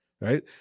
right